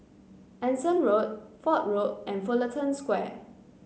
Anson Road Fort Road and Fullerton Square